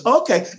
okay